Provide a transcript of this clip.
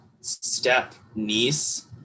step-niece